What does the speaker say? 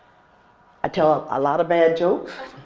i tell a ah lot of bad jokes.